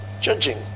judging